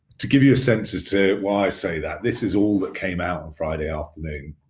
to give you a sense as to why i say that, this is all that came out on friday afternoon,